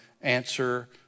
answer